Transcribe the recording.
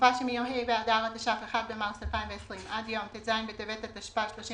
בתקופה שמיום ה' באדר התש"ף (1 במארס 2020) עד יום ט"ז בטבת התשפ"א (31